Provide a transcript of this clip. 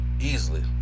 Easily